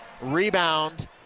Rebound